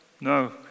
No